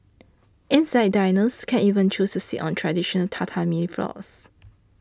inside diners can even choose to sit on traditional Tatami floors